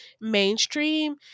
mainstream